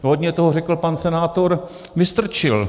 Hodně toho řekl pan senátor Vystrčil.